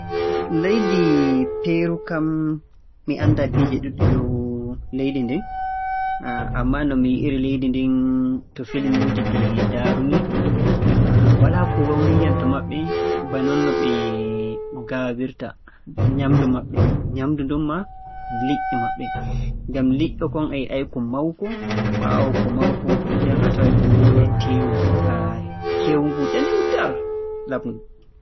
Leydi Peeru kam mi anndaa fiiji ɗuuɗɗi dow leydi ndin, ammaa no mi yi'iri leydi ndin, to filmuuji ɗi ndaaru-mi, walaa ko waawnii yam to maɓɓe ba nonno ɓe ngaawirta. Nyaamndu maɓɓe, nyaamndu ndun maa, liƴƴi maɓɓe, ngam liƴƴo kon a yi'ay-ko mawko ɓaawo ko mawko nden a taway ko woodi teewu keewngu ndanewu taar, laaɓngu